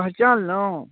पहचानलहुँ